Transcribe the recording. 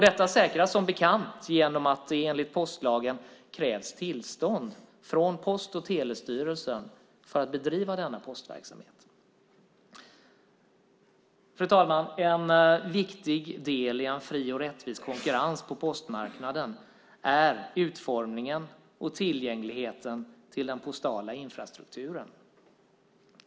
Detta säkras som bekant genom att det enligt postlagen krävs tillstånd från Post och telestyrelsen för att bedriva denna postverksamhet. Fru talman! En viktig del i en fri och rättvis konkurrens på postmarknaden är utformningen av och tillgängligheten till den postala infrastrukturen.